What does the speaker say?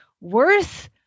Worth